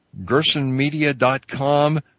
GersonMedia.com